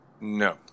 No